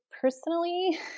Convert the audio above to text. personally